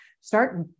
Start